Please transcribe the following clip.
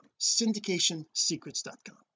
Syndicationsecrets.com